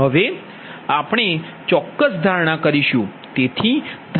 હવે આપણે ચોક્કસ ધારણા કરીશું